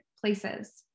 places